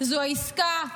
-- זו עסקה.